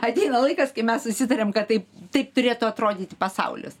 ateina laikas kai mes susitariam kad taip taip turėtų atrodyti pasaulis